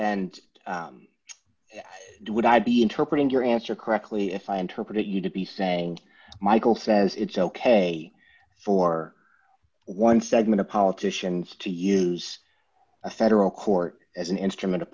and would i be interpreting your answer correctly if i interpret you to be saying michael says it's ok for one segment of politicians to use a federal court as an instrument of